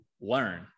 learn